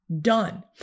done